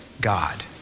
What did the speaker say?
God